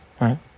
right